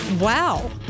wow